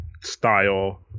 style